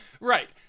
right